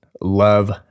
Love